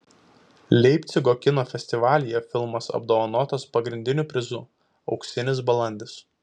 leipcigo kino festivalyje filmas apdovanotas pagrindiniu prizu auksinis balandis